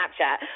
Snapchat